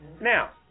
Now